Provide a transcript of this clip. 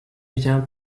vient